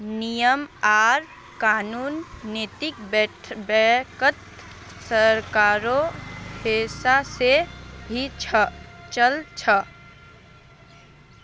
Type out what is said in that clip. नियम आर कानून नैतिक बैंकत सरकारेर हिसाब से ही चल छ